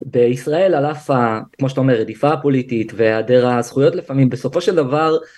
בישראל הלאפה כמו שאתה אומר הרדיפה פוליטית והיעדר הזכויות לפעמים, בסופו של דבר